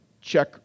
check